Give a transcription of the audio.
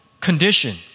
condition